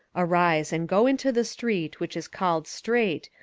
arise, and go into the street which is called straight,